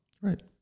Right